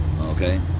Okay